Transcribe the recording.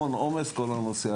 במיוחד אם לוקחים את מירון כדוגמה.